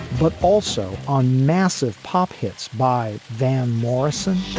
but also on massive pop hits by van morrison